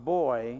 boy